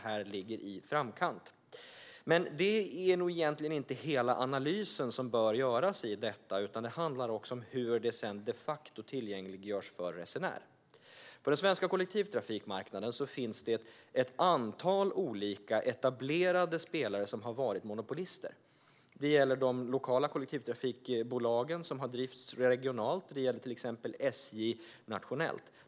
Här ligger vi i framkant. Men det är inte hela analysen av detta, utan det handlar också om hur information de facto tillgängliggörs för resenärer. På den svenska kollektivtrafikmarknaden finns ett antal olika etablerade spelare som har varit monopolister. Det gäller de lokala kollektivtrafikbolagen som har drivits regionalt, och det gäller till exempel SJ nationellt.